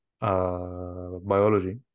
biology